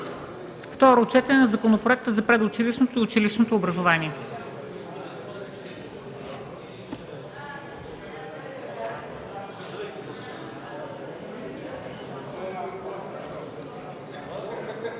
Второ четене на законопроекта за предучилищното и училищното образование.